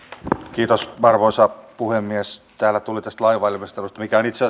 kiitos arvoisa puhemies täällä tuli tästä lainvalmistelusta mikä on itse